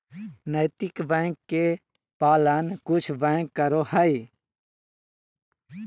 नैतिक बैंक के पालन कुछ बैंक करो हइ